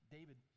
David